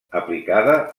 aplicada